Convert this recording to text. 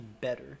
better